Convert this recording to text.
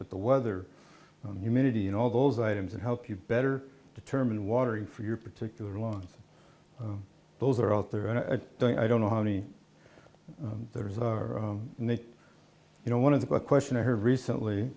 but the weather on humanity and all those items and help you better determine watering for your particular lawns those are out there and i don't i don't know how many there's a need you know one of the question i heard recently